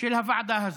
של הוועדה הזאת.